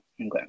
Okay